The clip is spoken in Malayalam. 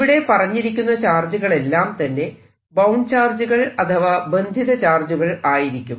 ഇവിടെ പറഞ്ഞിരിക്കുന്ന ചാർജുകളെല്ലാം തന്നെ ബൌണ്ട് ചാർജുകൾ അഥവാ ബന്ധിത ചാർജുകൾ ആയിരിക്കും